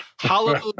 Hallelujah